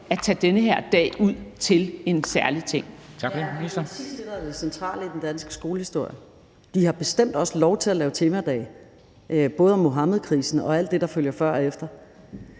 at tage den her dag ud til en særlig ting.